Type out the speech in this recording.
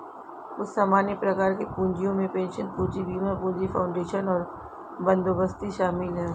कुछ सामान्य प्रकार के पूँजियो में पेंशन पूंजी, बीमा पूंजी, फाउंडेशन और बंदोबस्ती शामिल हैं